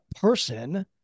person